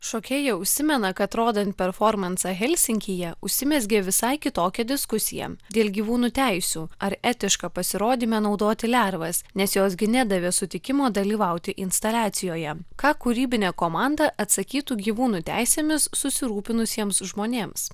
šokėja užsimena kad rodant performansą helsinkyje užsimezgė visai kitokia diskusija dėl gyvūnų teisių ar etiška pasirodyme naudoti lervas nes jos gi nedavė sutikimo dalyvauti instaliacijoje ką kūrybinė komanda atsakytų gyvūnų teisėmis susirūpinusiems žmonėms